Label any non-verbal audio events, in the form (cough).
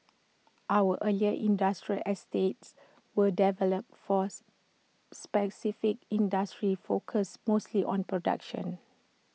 our earlier industrial estates were developed for (unintelligible) specific industries focused mostly on production